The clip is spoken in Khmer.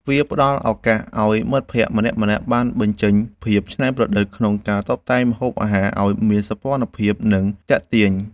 វាផ្ដល់ឱកាសឱ្យមិត្តភក្តិម្នាក់ៗបានបញ្ចេញភាពច្នៃប្រឌិតក្នុងការតុបតែងម្ហូបអាហារឱ្យមានសោភ័ណភាព និងទាក់ទាញ។